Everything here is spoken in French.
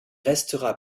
restera